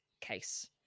case